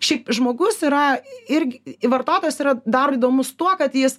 šiaip žmogus yra irgi vartotojas yra dar įdomus tuo kad jis